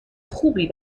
خوبی